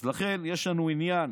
אז לכן יש לנו עניין